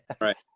Right